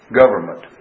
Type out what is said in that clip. government